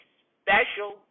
special